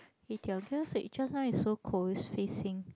it tell tell so it just now is so cold is facing